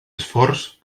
esforç